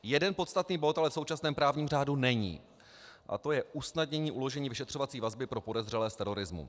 Jeden podstatný bod ale v současném právním řádu není a to je usnadnění uložení vyšetřovací vazby pro podezřelé z terorismu.